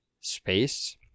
space